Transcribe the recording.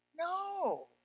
No